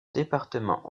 département